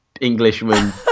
Englishman